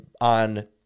on